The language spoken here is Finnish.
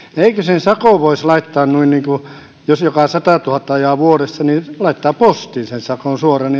eikö sen sakon voisi laittaa niin että se joka satatuhatta ajaa vuodessa laittaa postiin sen sakon suoraan